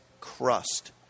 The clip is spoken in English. crust